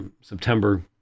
September